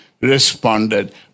responded